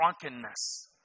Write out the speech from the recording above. drunkenness